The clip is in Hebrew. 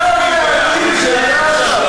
אתה ואני יחד,